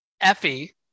Effie